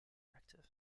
active